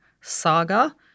saga